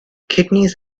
kidneys